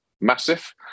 massive